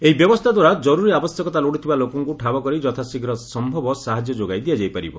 ଏହି ବ୍ୟବସ୍ଥାଦ୍ୱାରା ଜରୁରୀ ଆବଶ୍ୟକତା ଲୋଡ଼ୁଥିବା ଲୋକଙ୍କୁ ଠାବ କରି ଯଥାଶୀଘ୍ର ସମ୍ଭବ ସାହାଯ୍ୟ ଯୋଗାଇ ଦିଆଯାଇପାରିବ